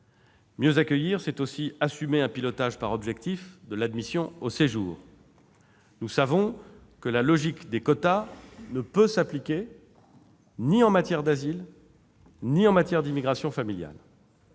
Mieux accueillir, c'est aussi assumer un pilotage par objectifs de l'admission au séjour. Nous savons que la logique des quotas ne peut s'appliquer ni en matière d'asile ni en matière d'immigration familiale.